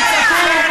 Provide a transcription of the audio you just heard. תצעקו.